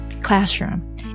classroom